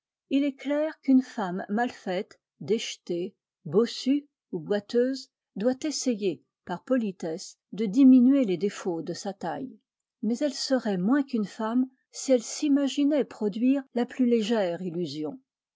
il est clair qu'une femme mal faite déjetée bossue ou boiteuse doit essayer par politesse de diminuer les défauts de sa taille mais elle serait moins qu'une femme si elle s'imaginait produire la plus légère illusion